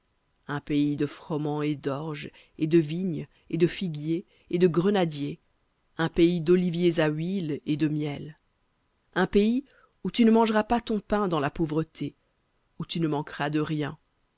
un pays de froment et d'orge et de vignes et de figuiers et de grenadiers un pays d'oliviers à huile et de miel un pays où tu ne mangeras pas pain dans la pauvreté où tu ne manqueras de rien